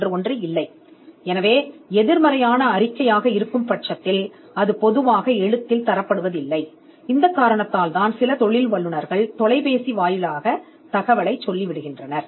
எனவே அறிக்கை ஒரு எதிர்மறை அறிக்கை பொதுவாக எழுத்துப்பூர்வமாக வழங்கப்படுவதில்லை சில தொழில் வல்லுநர்கள் இந்த காரணத்திற்காக தொலைபேசியில் தொடர்புகொள்கிறார்கள்